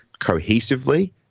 cohesively